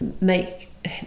make